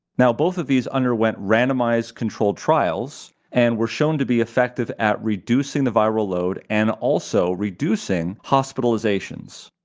now both of these underwent randomized controlled trials and were shown to be effective at reducing the viral load and also reducing hospitalizations,